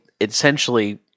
essentially